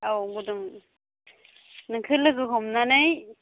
औ गुदुं नोंखो लोगो हमनानै